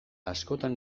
askotan